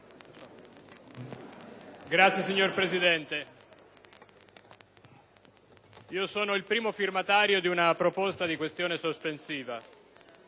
*(PD)*. Signor Presidente, sono il primo firmatario di una proposta di questione sospensiva